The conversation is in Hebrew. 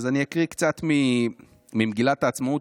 אז אני אקריא קצת ממגילת העצמאות,